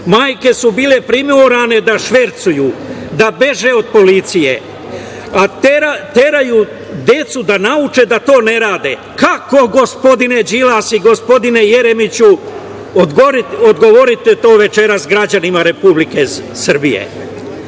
Majke su bile primorane da švercuju, da beže od policije, a teraju decu da uče da to ne rade. Kako gospodine Đilas, i gospodine Jeremiću? Odgovorite to večeras građanima Republike Srbije.U